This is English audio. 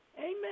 Amen